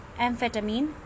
amphetamine